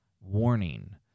warning